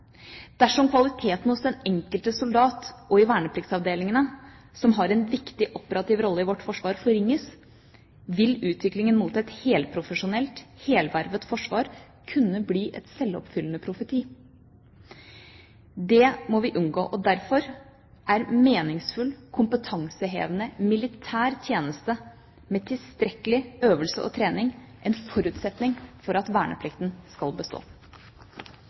Dersom kvaliteten hos den enkelte soldat og i vernepliktsavdelingene, som har en viktig operativ rolle i vårt forsvar, forringes, vil utviklingen mot et helprofesjonelt, helvervet forsvar kunne bli en selvoppfyllende profeti. Det må vi unngå. Derfor er meningsfull, kompetansehevende militær tjeneste, med tilstrekkelig øvelse og trening, en forutsetning for at verneplikten skal bestå.